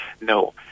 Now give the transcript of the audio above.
No